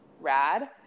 rad